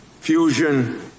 Fusion